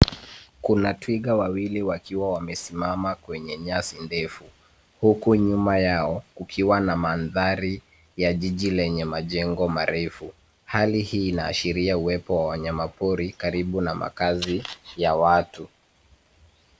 Kuna twiga wawili wakiwa wamesimama kwenye nyasi ndefu huku nyuma yao kukiwa na mandhari ya jiji lenye majengo marefu. Hali hii inaashiria uwepo wa wanyama pori karibu na makazi ya watu.